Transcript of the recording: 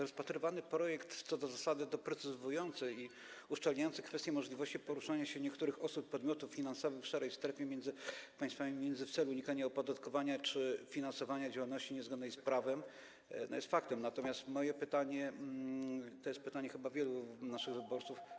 Rozpatrywany projekt, co do zasady doprecyzowujący i uszczelniający kwestie możliwości poruszania się niektórych osób i podmiotów finansowych w szarej strefie między państwami, m.in. w celu unikania opodatkowania czy finansowania działalności niezgodnej z prawem, jest faktem, natomiast moje pytanie - to jest chyba pytanie wielu naszych wyborców - brzmi: